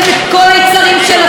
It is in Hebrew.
כל הכעסים שלכם,